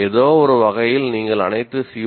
ஏதோவொரு வகையில் நீங்கள் அனைத்து சி